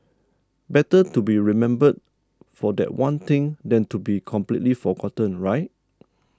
better to be remembered for that one thing than to be completely forgotten right